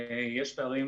יש פערים